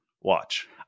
watch